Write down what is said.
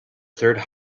third